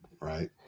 Right